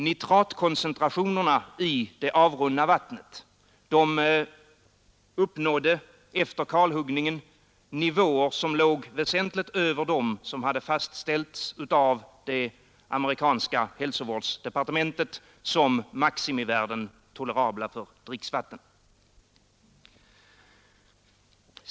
Nitratkoncentrationerna i det avrunna vattnet uppnådde efter kalhuggningen nivåer som låg väsentligt över dem som hade fastställts av det amerikanska hälsovårdsdepartementet som maximivärden, tolerabla för dricksvatten.